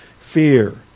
fear